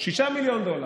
6 מיליון דולר.